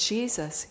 Jesus